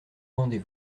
rendez